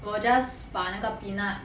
will just 把那个 peanut